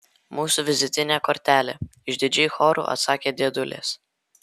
mūsų vizitinė kortelė išdidžiai choru atsakė dėdulės